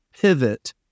pivot